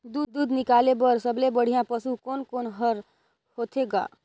दूध निकाले बर सबले बढ़िया पशु कोन कोन हर होथे ग?